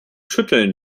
schütteln